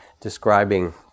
describing